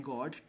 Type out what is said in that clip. God